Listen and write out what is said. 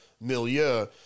milieu